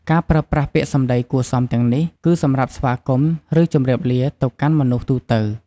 ការប្រើប្រាស់ពាក្យសម្ដីគួរសមទាំងនេះ គឺសម្រាប់ស្វាគមន៍ ឬជម្រាបលា ទៅកាន់មនុស្សទូទៅ។